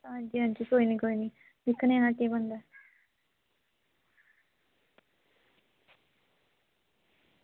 आं जी आं जी कोई निं दिक्खने आं केह् बनदा